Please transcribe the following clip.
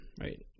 right